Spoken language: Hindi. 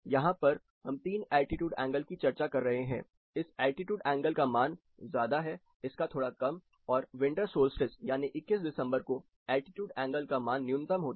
यहां पर हम तीन एल्टीट्यूड एंगल की चर्चा कर रहे हैं इस एल्टीट्यूड एंगल का मान ज्यादा है इसका थोड़ा कम और विंटर सोल्स्टिस यानी 21 दिसंबर को एल्टीट्यूड एंगल का मान न्यूनतम होता है